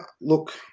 Look